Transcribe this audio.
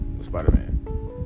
Spider-Man